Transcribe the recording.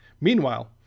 Meanwhile